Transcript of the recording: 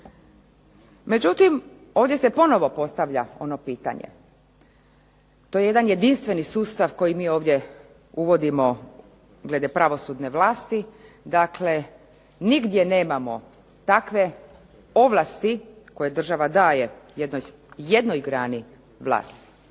Međutim, ovdje se ponovno postavlja ono pitanje, to je jedan jedinstveni sustav koji mi ovdje uvodimo glede pravosudne vlasti, dakle nigdje nemamo takve ovlasti koje država daje jednoj grani vlasti.